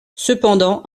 cependant